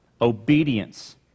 Obedience